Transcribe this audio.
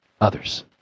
Others